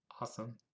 Awesome